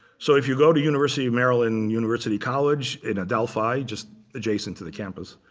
so if you go to university of maryland university college in delphi, just adjacent to the campus,